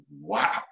wow